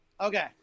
Okay